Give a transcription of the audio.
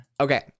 Okay